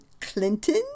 Clinton